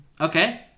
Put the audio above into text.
Okay